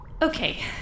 Okay